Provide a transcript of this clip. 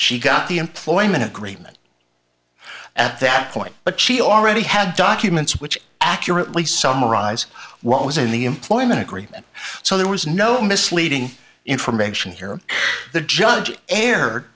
she got the employment agreement at that point but she already had documents which accurately summarize what was in the employment agreement so there was no misleading information here the judge